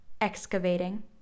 excavating